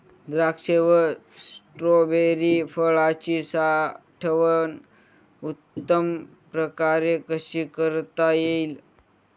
द्राक्ष व स्ट्रॉबेरी फळाची साठवण उत्तम प्रकारे कशी करता येईल?